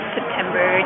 September